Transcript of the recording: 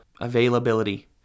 availability